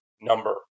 number